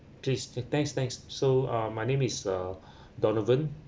please thanks thanks so uh my name is uh donovan